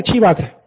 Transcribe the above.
यह अच्छी बात है